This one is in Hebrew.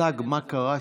אין לי מושג מה קרה שם,